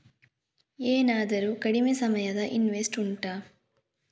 ಏನಾದರೂ ಕಡಿಮೆ ಸಮಯದ ಇನ್ವೆಸ್ಟ್ ಉಂಟಾ